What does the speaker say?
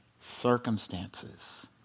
circumstances